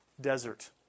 desert